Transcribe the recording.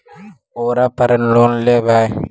ओरापर लोन लेवै?